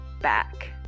back